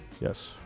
Yes